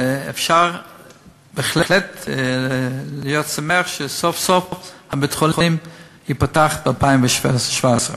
ואפשר בהחלט להיות שמחים שסוף-סוף בית-החולים ייפתח ב-2017.